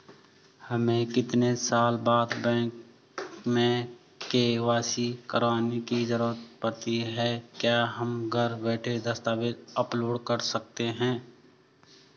हमें कितने साल बाद बैंक में के.वाई.सी करवाने की जरूरत पड़ती है क्या हम घर बैठे दस्तावेज़ अपलोड कर सकते हैं?